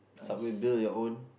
Subway build your own